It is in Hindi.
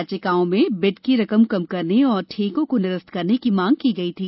याचिकाओं में बिड की रकम कम करने और ठेकों को निरस्त करने की मांग की गई थी